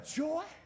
joy